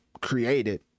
created